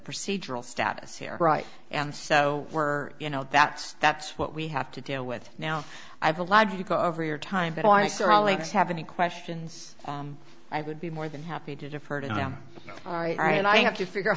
procedural status here right and so we're you know that's that's what we have to deal with now i've allowed you to go over your time that i saw leaks have any questions i would be more than happy to defer to them and i have to figure out